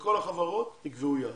שכל החברות יקבעו יעד.